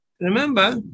Remember